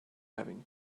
having